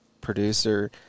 producer